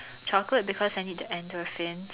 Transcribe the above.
chocolate because I need the endorphins